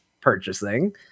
purchasing